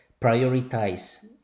prioritize